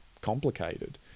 complicated